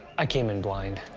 i came in blind.